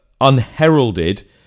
unheralded